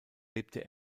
lebte